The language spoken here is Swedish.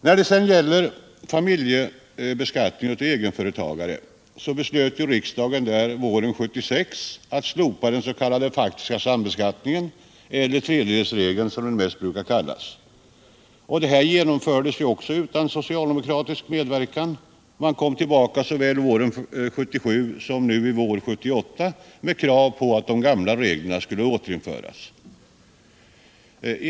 När det gäller familjebeskattningen av egenföretagare beslöt riksdagen Finansdebatt Finansdebatt våren 1976 att slopa den s.k. faktiska sambeskattningen — eller tredjedelsregeln, som den mest brukar kallas. Detta genomfördes ju också utan socialdemokratisk medverkan. Man kom tillbaka såväl våren 1977 som våren 1978 med krav på att de gamla reglerna skulle återinföras.